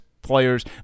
players